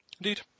Indeed